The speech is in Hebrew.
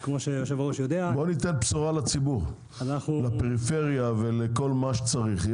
בוא ניתן בשורה לציבור, לפריפריה ולכל מי שצריך.